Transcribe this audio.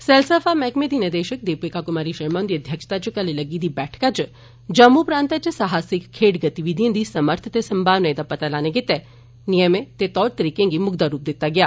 सैलसफा मैहकमे दी निदेशक दीपिका कुमारी शर्मा हन्दी अध्यक्षता च कल लग्गी दी इक बैठका च जम्मू प्रांतै च साहसिक खेड्ड गतिविधियें दी सर्मथ ते संभावनाएं दा पता लाने गितै नियमे ते तौर तरीकें गी म्कदा रुप दिता गेया